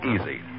easy